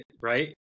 right